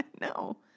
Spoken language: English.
No